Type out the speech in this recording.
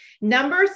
number